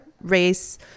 race